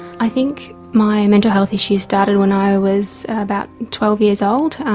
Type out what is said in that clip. i think my mental health issues started when i was about twelve years old,